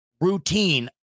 routine